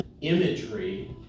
imagery